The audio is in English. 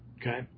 okay